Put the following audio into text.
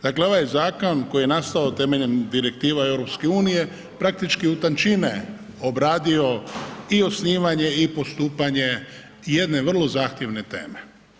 Dakle, ovaj zakon koji je nastavo temeljem direktiva EU praktički je u tančine obradio i osnivanje i postupanje jedne vrlo zahtjevne teme.